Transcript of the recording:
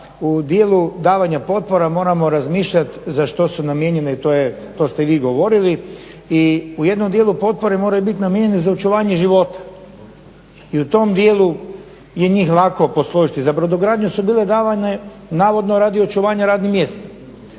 u dijelu davanja potpora moramo razmišljati za što su namijenjene i to ste vi govorili. I u jednom dijelu potpore moraju biti namijenjene za očuvanje života. I u tom dijelu je njih lako posložiti. Za brodogradnju su bile davane navodno radi očuvanja radnih mjesta.